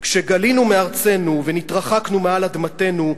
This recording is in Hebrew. "כשגלינו מארצנו ונתרחקנו מעל אדמתנו,